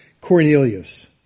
Cornelius